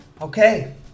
Okay